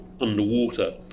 underwater